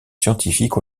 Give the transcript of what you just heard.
scientifique